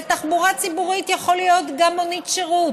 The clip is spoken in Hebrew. ותחבורה ציבורית יכולה להיות גם מונית שירות,